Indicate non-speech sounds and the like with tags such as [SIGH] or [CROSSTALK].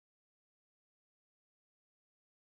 [UNINTELLIGIBLE]